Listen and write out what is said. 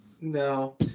No